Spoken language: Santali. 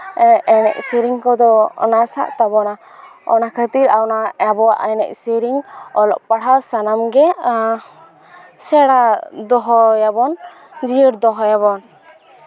ᱮᱱᱮᱡ ᱥᱮᱨᱮᱧ ᱠᱚᱫᱚ ᱱᱟᱥᱟᱜ ᱛᱟᱵᱚᱱᱟ ᱚᱱᱟ ᱠᱷᱟᱹᱛᱤᱨ ᱟᱵᱚᱣᱟᱜ ᱮᱱᱮᱡ ᱥᱮᱨᱮᱧ ᱚᱞᱚᱜ ᱯᱟᱲᱦᱟᱣ ᱥᱟᱱᱟᱢᱜᱮ ᱥᱮᱬᱟ ᱫᱚᱦᱚᱭᱟᱵᱚᱱ ᱡᱤᱭᱟᱹᱲ ᱫᱚᱦᱚᱭᱟᱵᱚᱱ